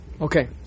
Okay